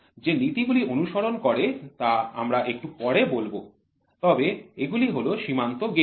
যে নীতি গুলি অনুসরণ করে তা আমরা একটু পরে বলব তবে এগুলি হল সীমান্ত গেজ